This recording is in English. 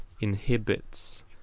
inhibits